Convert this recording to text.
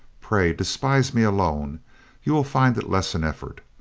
pray, despise me alone you will find it less an eftort.